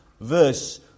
verse